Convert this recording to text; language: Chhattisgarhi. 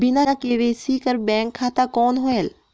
बिना के.वाई.सी कर बैंक खाता कौन होएल?